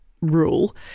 rule